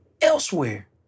elsewhere